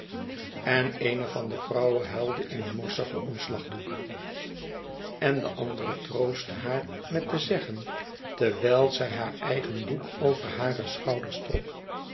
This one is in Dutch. en eene van de vrouwen huilde in een morsigen omslagdoek en de andere troostte naar met te zeggen terwijl zij haar eigen doek over hare schouders trok